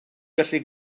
gallu